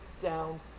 down